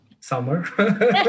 summer